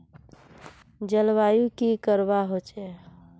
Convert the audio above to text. जलवायु की करवा होचे?